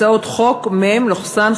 הצעת חוק מ/504.